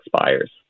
expires